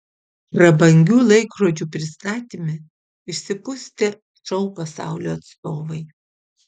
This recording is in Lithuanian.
prabangių laikrodžių pristatyme išsipustę šou pasaulio atstovai